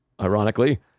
ironically